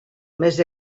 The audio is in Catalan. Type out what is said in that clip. més